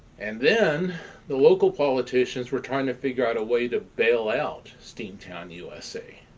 and then the local politicians were trying to figure out a way to bail out steamtown usa,